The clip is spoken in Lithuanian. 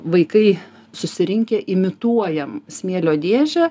vaikai susirinkę imituojam smėlio dėžę